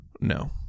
No